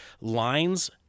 lines